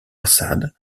assad